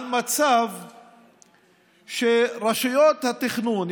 מצב שרשויות התכנון,